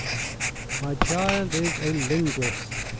my child is a linguist,